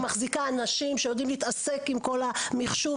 מחזיקה אנשים שיודעים להתעסק עם כל המחשוב,